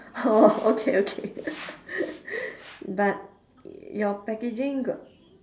oh okay okay but your packaging got